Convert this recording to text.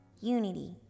Unity